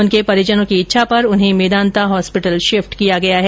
उनके परिजनों की इच्छा पर उन्हें मेदांता होस्पिटल शिफ्ट किया गया है